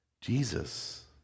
Jesus